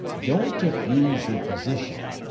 don't abuse your position.